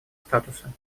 статуса